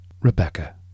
Rebecca